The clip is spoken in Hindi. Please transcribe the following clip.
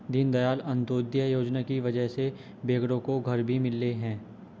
दीनदयाल अंत्योदय योजना की वजह से बेघरों को घर भी मिले हैं